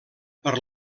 per